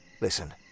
Listen